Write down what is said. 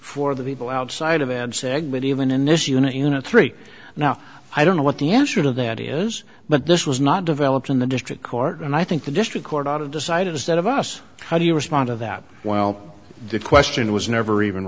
the people outside of ad segment even in this unit unit three now i don't know what the answer to that is but this was not developed in the district court and i think district court out of decided instead of us how do you respond to that while the question was never even